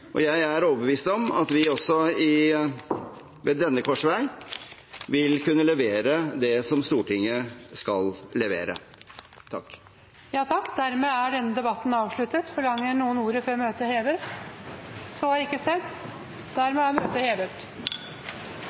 måte. Jeg er overbevist om at vi også ved denne korsvei vil kunne levere det som Stortinget skal levere. Dermed er denne debatten avsluttet. Forlanger noen ordet før møtet heves? – Så er ikke skjedd. Dermed er møtet hevet.